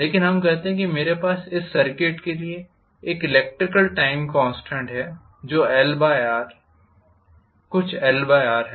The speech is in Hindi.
लेकिन हम कहते हैं कि मेरे पास इस सर्किट के लिए एक एलेक्ट्रिकल टाइम कॉन्स्टेंट है जो कुछ LR है